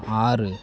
ஆறு